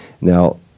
Now